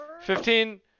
Fifteen